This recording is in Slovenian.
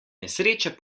nesreča